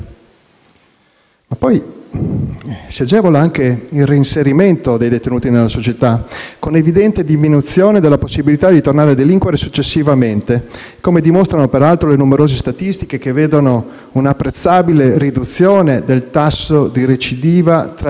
Si agevola inoltre il reinserimento dei detenuti nella società, con evidente diminuzione della possibilità di tornare a delinquere successivamente, come dimostrano peraltro numerose statistiche, che vedono un'apprezzabile riduzione del tasso di recidiva tra i detenuti lavoratori.